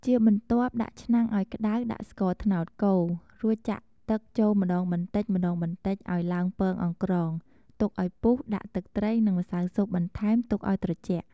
ជាបន្ទាប់ ដាក់ឆ្នាំងអោយក្ដៅដាក់ស្ករត្នោតកូរ រួចចាក់ទឹកចូលម្ដងបន្តិចៗអោយឡើងពងអង្ក្រង ទុកឲ្យពុះដាក់ទឹកត្រីនិងម្សៅស៊ុបបន្ថែមទុកឲ្យត្រជាក់។